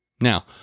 Now